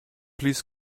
please